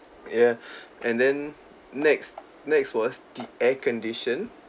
ya and then next next was the air condition